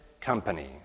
Company